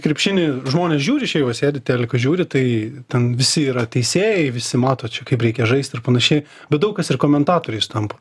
krepšinį žmonės žiūri šiaip va sėdi teliką žiūri tai ten visi yra teisėjai visi mato čia kaip reikia žaisti ir panašiai bet daug kas ir komentatoriais tampa